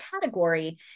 category